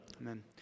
Amen